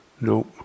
no